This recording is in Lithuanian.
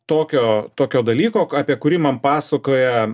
tokio tokio dalyko apie kurį man pasakoja